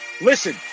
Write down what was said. Listen